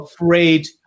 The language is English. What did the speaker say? afraid